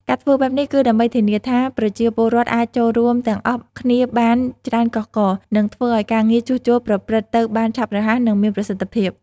ការធ្វើបែបនេះគឺដើម្បីធានាថាប្រជាពលរដ្ឋអាចចូលរួមទាំងអស់គ្នាបានច្រើនកុះករ និងធ្វើឲ្យការងារជួសជុលប្រព្រឹត្តទៅបានឆាប់រហ័ស និងមានប្រសិទ្ធភាព។